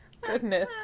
Goodness